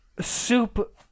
soup